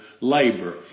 labor